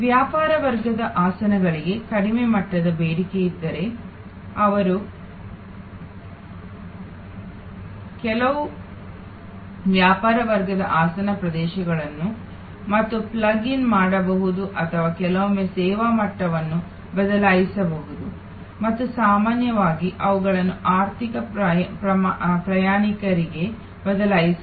ವ್ಯಾಪಾರ ವರ್ಗದ ಆಸನಗಳಿಗೆ ಕಡಿಮೆ ಮಟ್ಟದ ಬೇಡಿಕೆಯಿದ್ದರೆ ಅವರು ಕೆಲವು ವ್ಯಾಪಾರ ವರ್ಗದ ಆಸನ ಪ್ರದೇಶಗಳನ್ನು ಮತ್ತು ಪ್ಲಗ್ ಇನ್ ಮಾಡಬಹುದು ಅಥವಾ ಕೆಲವೊಮ್ಮೆ ಸೇವಾ ಮಟ್ಟವನ್ನು ಬದಲಾಯಿಸಬಹುದು ಮತ್ತು ಸಾಮಾನ್ಯವಾಗಿ ಅವುಗಳನ್ನು ಆರ್ಥಿಕ ಪ್ರಯಾಣಿಕರಿಗೆ ಬದಲಾಯಿಸಬಹುದು